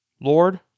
Lord